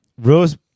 Rose